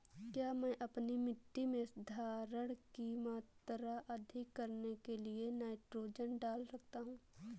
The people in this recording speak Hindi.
क्या मैं अपनी मिट्टी में धारण की मात्रा अधिक करने के लिए नाइट्रोजन डाल सकता हूँ?